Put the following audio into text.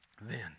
Then